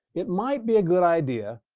it might be a good idea,